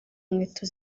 inkweto